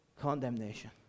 condemnation